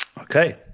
Okay